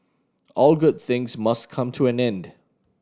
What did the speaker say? all good things must come to an end